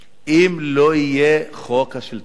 אם לא יהיה חוק השלטון המקומי.